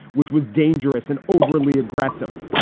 which was dangerous and overly aggressive.